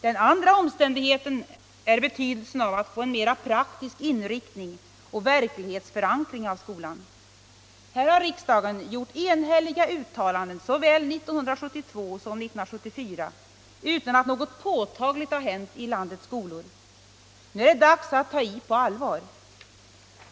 Den andra omständigheten är betydelsen av att få en mera praktisk inriktning och verklighetsförankring av skolan. Här har riksdagen gjort enhälliga uttalanden såväl 1972 som 1974 utan att något påtagligt hänt i landets skolor. Nu är det dags att ta i på allvar.